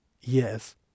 Yes